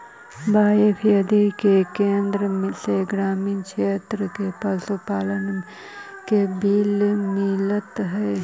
बाएफ आदि के केन्द्र से ग्रामीण क्षेत्र में पशुपालन के बल मिलित हइ